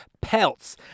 pelts